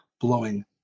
blowing